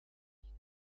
nicht